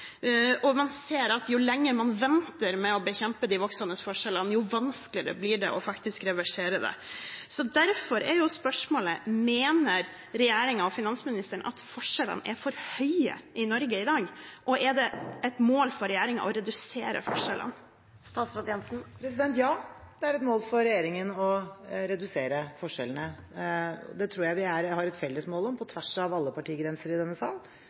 og man ser at jo lenger man venter med å bekjempe de voksende forskjellene, jo vanskeligere blir det å reversere dem. Derfor er spørsmålet: Mener regjeringen og finansministeren at forskjellene er for store i Norge i dag, og er det et mål for regjeringen å redusere forskjellene? Ja, det er et mål for regjeringen å redusere forskjellene. Det tror jeg vi har et felles mål om på tvers av alle partigrenser i denne sal.